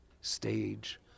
stage